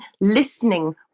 listening